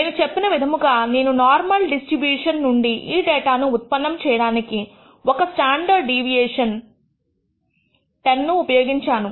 నేను చెప్పిన విధముగా నేను నార్మల్ డిస్ట్రిబ్యూషన్ నుండి ఈ డేటాను ఉత్పన్నం చేయడానికి ఒక స్టాండర్డ్ డీవియేషన్ 10 ను ఉపయోగించాను